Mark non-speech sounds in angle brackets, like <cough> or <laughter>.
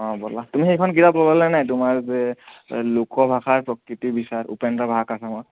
অঁ ব'লা তুমি সেইখন কিতাপ ল'লা নে তোমাৰ যে লোকভাষাৰ প্ৰকৃতি বিচাৰ উপেন্দ্ৰ <unintelligible> শৰ্মাৰ